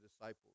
disciples